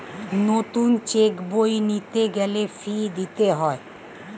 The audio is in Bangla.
নতুন চেক বই নিতে গেলে ফি দিতে হয়